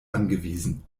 angewiesen